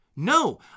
No